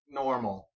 normal